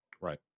Right